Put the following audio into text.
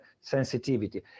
sensitivity